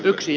yksi